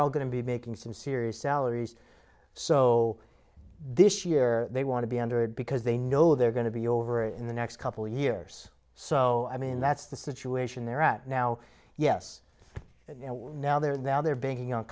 all going to be making some serious salaries so this year they want to be under it because they know they're going to be over in the next couple years so i mean that's the situation they're at now yes now there now they're banking on